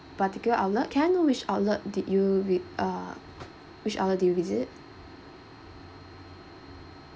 particular outlet can I know which outlet did you vi~ uh which outlet did you visit